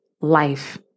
life